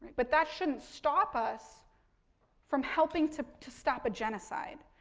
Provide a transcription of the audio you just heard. but that shouldn't stop us from helping to to stop a genocide.